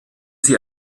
sie